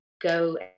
go